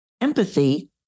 empathy